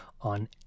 on